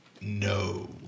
No